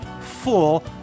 full